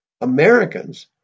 Americans